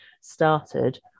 started